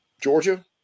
Georgia